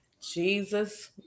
Jesus